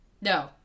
No